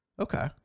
Okay